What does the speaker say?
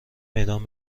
میدان